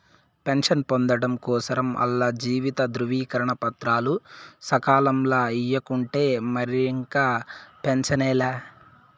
pension పొందడం కోసరం ఆల్ల జీవిత ధృవీకరన పత్రాలు సకాలంల ఇయ్యకుంటే మరిక పెన్సనే లా